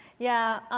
yeah.